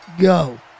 go